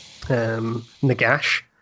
Nagash